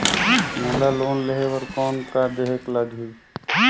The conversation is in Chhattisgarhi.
मोला लोन लेहे बर कौन का देहेक लगही?